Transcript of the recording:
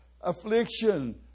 affliction